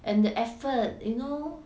and the effort you know